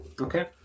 Okay